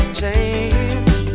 change